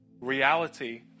reality